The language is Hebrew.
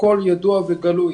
הכל ידוע וברור.